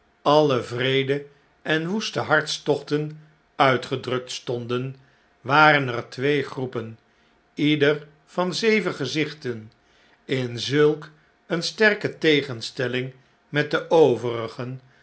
alle wreede en woeste hartstochten uitgedrukt stonden waren er twee groepen ieder van zeven gezichten in zulk eene sterke tegenstelling met de overigen